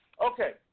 okay